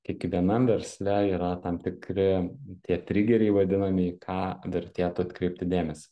kiekvienam versle yra tam tikri tie trigeriai vadinami į ką vertėtų atkreipti dėmesį